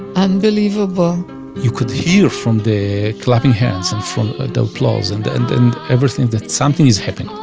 unbelievable you could hear from the clapping hands and from the applause and and and everything, that something is happen.